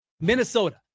Minnesota